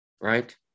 Right